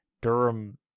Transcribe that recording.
Durham